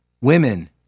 women